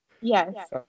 Yes